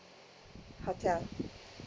hotel